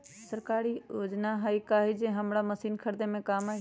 सरकारी योजना हई का कोइ जे से हमरा मशीन खरीदे में काम आई?